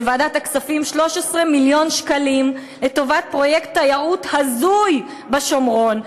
בוועדת הכספים 13 מיליון שקלים לטובת פרויקט תיירות הזוי בשומרון,